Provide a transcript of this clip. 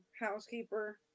housekeeper